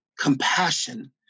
compassion